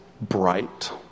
bright